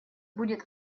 будет